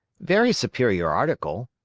very superior article.